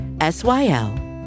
S-Y-L